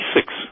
six